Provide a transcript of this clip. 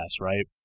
right